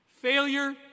Failure